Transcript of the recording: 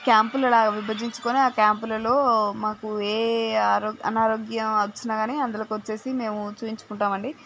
క్యాంపులుల విభజించుకుని ఆ క్యాంపులలో మాకు ఏ అనారోగ్యం వచ్చినా కాని అందులోకి వచ్చేసి మేము చూపించుకుంటాం అండి